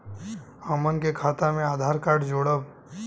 हमन के खाता मे आधार कार्ड जोड़ब?